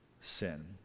sin